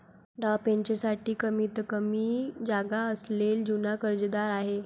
डावपेचांसाठी कमीतकमी जागा असलेला जुना कर्जदार आहे